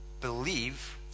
believe